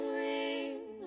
ring